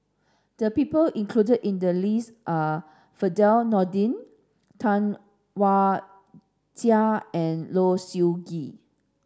the people included in the list are Firdaus Nordin Tam Wai Jia and Low Siew Nghee